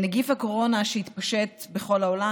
נגיף הקורונה שהתפשט בכל העולם,